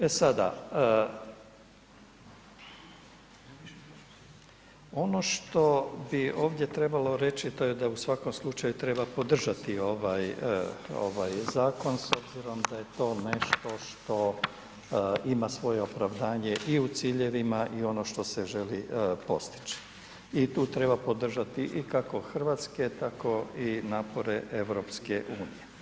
E sada, ono što bi ovdje trebalo reći to je da u svakom slučaju treba podržati ovaj, ovaj zakon s obzirom da je to nešto što ima svoje opravdanje i u ciljevima i ono što se želi postići i tu treba podržati i kako hrvatske, tako i napore EU.